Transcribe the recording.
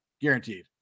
guaranteed